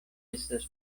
estas